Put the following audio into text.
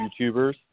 YouTubers